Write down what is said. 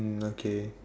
um okay